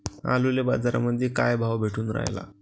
आलूले बाजारामंदी काय भाव भेटून रायला?